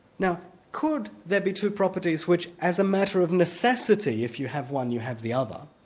now could there be two properties, which as a matter of necessity, if you have one you have the other,